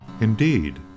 Indeed